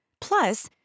Plus